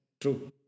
true